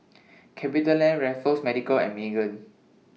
CapitaLand Raffles Medical and Megan